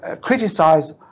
criticize